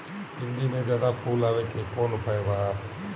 भिन्डी में ज्यादा फुल आवे के कौन उपाय बा?